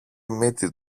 μύτη